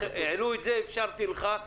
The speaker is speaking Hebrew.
העלו את זה, אפשרתי לך.